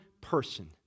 person